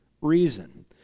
reason